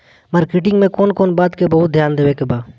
Marketing मे कौन कौन बात के बहुत ध्यान देवे के बा?